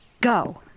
go